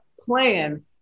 plan